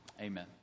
amen